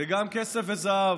וגם כסף וזהב,